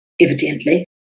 evidently